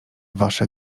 wasze